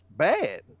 Bad